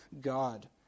God